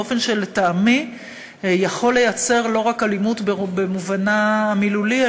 באופן שלטעמי יכול לייצר לא רק אלימות במובנה המילולי,